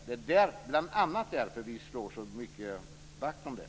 Det är bl.a. därför som vi så starkt slår vakt om det.